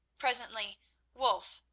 presently wulf,